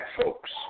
folks